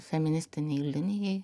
feministinei linijai